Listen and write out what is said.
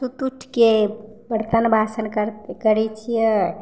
सुति उठिके बरतन बासन करै छिए